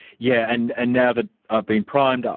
yeah, and and now that i've been primed, um